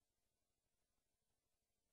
אין לנו סיכוי